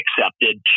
accepted